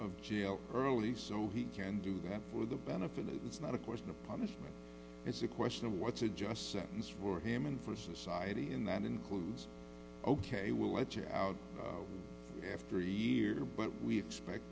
of jail early so he can do that for the benefit it's not of course the punishment it's a question of what's a just sentence for him and for society in that includes ok we'll let you out after year but we expect